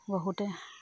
বহুতে